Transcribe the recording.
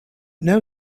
know